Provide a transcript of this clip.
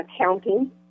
accounting